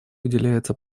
уделяется